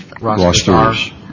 rosters